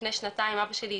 לפני שנתיים אבא שלי,